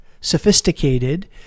sophisticated